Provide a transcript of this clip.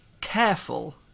careful